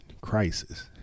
crisis